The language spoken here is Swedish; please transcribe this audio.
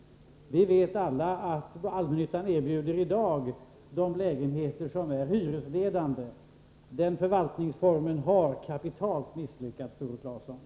Vi vet alla att allmännyttan i dag erbjuder de lägenheter som är hyresledande. Den förvaltningsformen har kapitalt misslyckats, Tore Claeson.